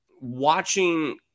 watching